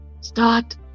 Start